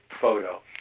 photo